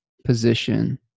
position